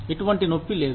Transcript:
ఏటువంటి నొప్పి లేదు